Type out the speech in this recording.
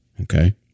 Okay